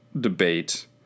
debate